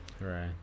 Right